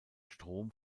strom